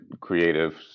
creative